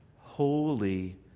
Holy